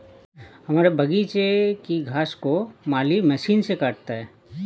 हमारे बगीचे की घास को माली मशीन से काटता है